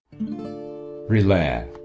relax